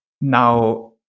now